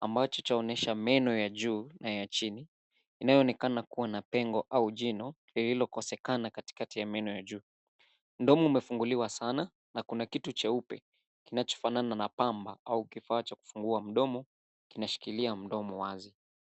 ambacho chaonyesha meno ya juu na ya chini inayoonekana kuwa na pengo au jino lililokosekana katikati ya meno ya juu. Mdomo umefunguliwa sana na kuna kitu cheupe kinachofanana na pamba au kifaa cha kufungua kwa mdomo kinashikilia mdomo wazi.